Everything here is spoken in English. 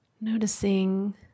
noticing